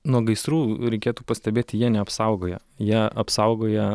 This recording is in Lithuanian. nuo gaisrų reikėtų pastebėti jie neapsaugoja jie apsaugoja